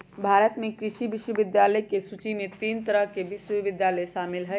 भारत में कृषि विश्वविद्यालय के सूची में तीन तरह के विश्वविद्यालय शामिल हई